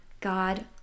God